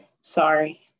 Sorry